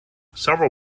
several